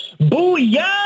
Booyah